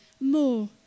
more